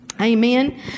Amen